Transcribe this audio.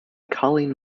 colleen